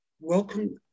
welcome